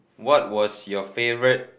what was your favourite